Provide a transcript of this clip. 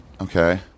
Okay